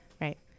Right